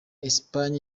espagne